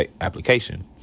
application